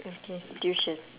okay tuition